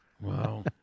Wow